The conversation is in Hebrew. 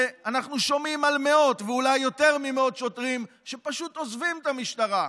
ואנחנו שומעים על מאות ואולי יותר ממאות שוטרים שפשוט עוזבים את המשטרה.